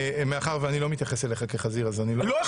מאחר שאני לא מתייחס אליך כחזיר --- לא,